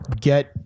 get